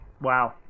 Wow